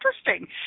interesting